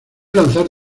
lanzar